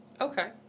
Okay